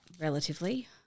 relatively